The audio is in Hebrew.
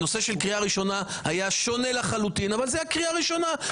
הנושא של קריאה ראשונה היה שונה לחלוטין אבל זאת הייתה קריאה ראשונה.